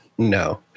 No